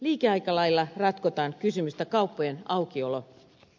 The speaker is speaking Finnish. liikeaikalailla ratkotaan kysymystä kauppojen aukiolosta